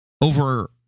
over